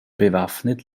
bewaffnet